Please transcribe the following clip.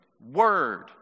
word